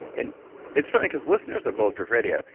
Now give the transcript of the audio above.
and it's funny because listeners of bulletproof radio,